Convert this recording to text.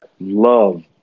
love